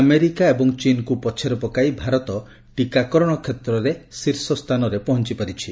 America ଓ ଚୀନ୍କୁ ପଛରେ ପକାଇ ଭାରତ ଟିକାକରଣ କ୍ଷେତ୍ରରେ ଶୀର୍ଷ ସ୍ଥାନରେ ପହଞ୍ଚପାରିଛି